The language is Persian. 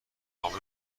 کامل